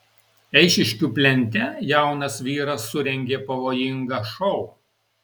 eišiškių plente jaunas vyras surengė pavojingą šou